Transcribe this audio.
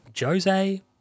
Jose